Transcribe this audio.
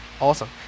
Awesome